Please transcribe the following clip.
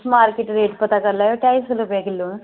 तुस market rate पता कर लैयो ढाई सौ रपे किल्लो न